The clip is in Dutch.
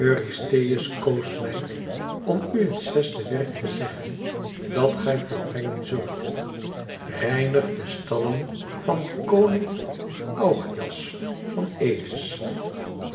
koos mij om u het zesde werk te zeggen dat gij volbrengen zult reinig de stallen van koning augeias van elis